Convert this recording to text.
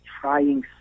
trying